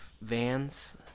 Vans